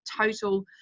total